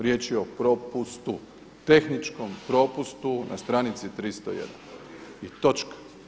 Riječ je o propustu, tehničkom propustu na stranici 301. i točka.